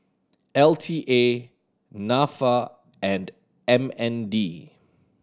L T A Nafa and M N D